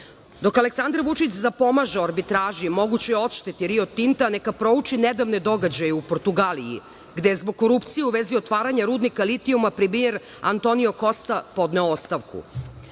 Aleksandar Vučić zapomaže o arbitraži i mogućoj odšteti „Rio Tinta“, neka prouči nedavne događaje u Portugaliji, gde je zbog korupcije u vezi otvaranja rudnika litijuma premijer Antonio Kosta podneo ostavku.